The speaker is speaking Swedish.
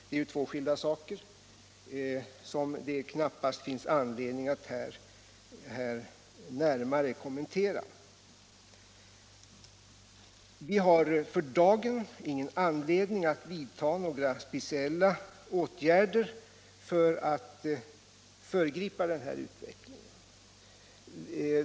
Det är ju två skilda saker som det knappast finns anledning att här närmare kommentera. Vi har för dagen ingen anledning att vidta några speciella åtgärder för att föregripa den här utvecklingen.